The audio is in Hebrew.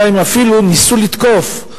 אלא הם אפילו ניסו לתקוף.